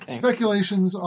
speculations